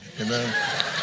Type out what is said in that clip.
Amen